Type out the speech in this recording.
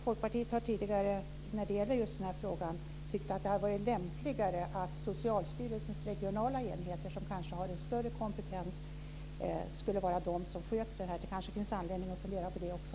Folkpartiet har tidigare när det gäller just denna fråga tyckt att det hade varit lämpligare om Socialstyrelsens regionala enheter, som kanske har en större kompetens, hade skött detta. Det kanske finns anledning att fundera på det också.